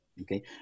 Okay